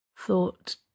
thought